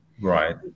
Right